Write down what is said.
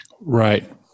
right